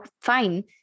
fine